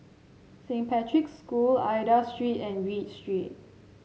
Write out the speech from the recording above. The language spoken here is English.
Saint Patrick's School Aida Street and Read Street